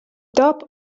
top